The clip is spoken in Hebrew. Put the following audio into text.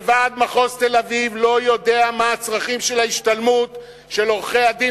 ועד מחוז תל-אביב לא יודע מה הם צורכי ההשתלמות של עורכי-הדין